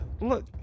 look